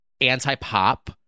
anti-pop